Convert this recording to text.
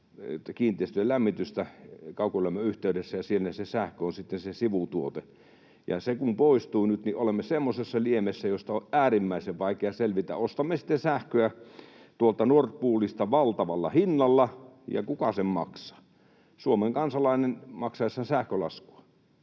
kiinteistöjen lämmitystä kaukolämmön yhteydessä, ja siinä sähkö on sitten se sivutuote. Ja se kun poistuu nyt, niin olemme semmoisessa liemessä, josta on äärimmäisen vaikea selvitä. Ostamme sitten sähköä tuolta Nord Poolista valtavalla hinnalla, ja kuka sen maksaa? Suomen kansalainen maksaessaan sähkölaskua.